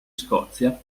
scozia